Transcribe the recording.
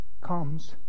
comes